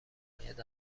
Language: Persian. حمایت